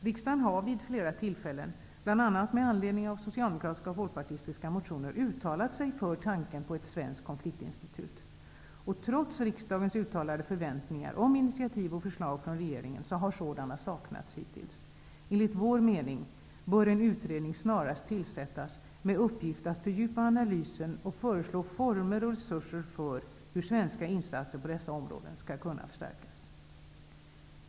Riksdagen har vid flera tillfällen -- bl.a. med anledning av socialdemokratiska och folkpartistiska motioner -- uttalat sig för tanken på ett svenskt konfliktinstitut. Trots riksdagens uttalade förväntningar om initativ och förslag från regeringen har sådana saknats hittills. Enligt vår mening bör en utredning snarast tillsättas med uppgift att fördjupa analysen och föreslå former och resurser för hur svenska insatser på dessa områden skall kunna förstärkas.